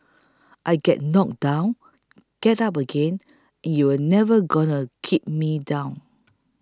I get knocked down get up again you're never gonna keep me down